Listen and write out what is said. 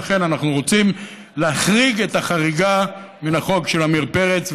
לכן אנחנו רוצים להחריג את החריגה מן החוק של עמיר פרץ.